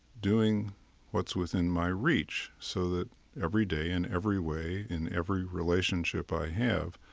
doing what's within my reach so that every day in every way in every relationship i have,